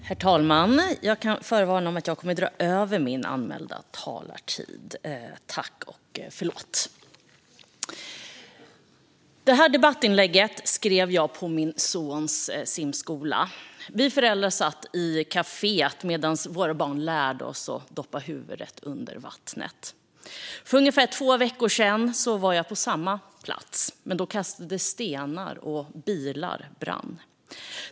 Herr talman! Jag vill förvarna om att jag kommer att dra över min anmälda talartid. Tack och förlåt! Det här debattinlägget skrev jag på min sons simskola. Vi föräldrar satt i kaféet medan våra barn lärde sig att doppa huvudet under vattnet. För ungefär två veckor sedan var jag på samma plats, men då kastades stenar, och bilar brann.